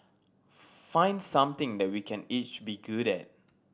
find something that we can each be good at